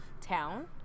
town